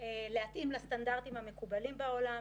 ולהתאים לסטנדרטים המקובלים בעולם.